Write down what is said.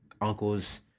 uncles